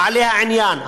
בעלי העניין,